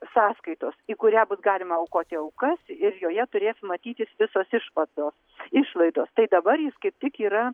sąskaitos į kurią bus galima aukoti aukas ir joje turės matytis visos išvados išlaidos tai dabar jis kaip tik yra